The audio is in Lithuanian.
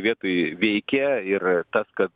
vietoj veikia ir tas kad